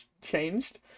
changed